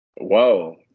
Whoa